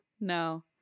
No